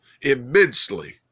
immensely